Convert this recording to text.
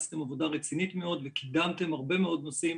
עשיתם עבודה רצינית מאוד וקידמתם הרבה מאוד נושאים